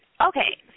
Okay